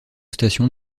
stations